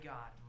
God